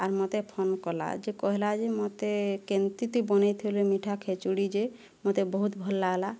ଆର ମୋତେ ଫୋନ କଲା ଯେ କହିଲା ଯେ ମୋତେ କେମିତି ତୁଇ ବନାଇଥିଲୁ ମିଠା ଖେଚୁଡ଼ି ଯେ ମୋତେ ବହୁତ ଭଲ୍ ଲାଗ୍ଲା